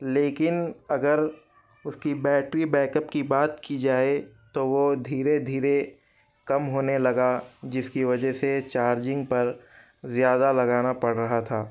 لیکن اگر اس کی بیٹری بیک اپ کی بات کی جائے تو وہ دھیرے دھیرے کم ہونے لگا جس کی وجہ سے چارجنگ پر زیادہ لگانا پڑ رہا تھا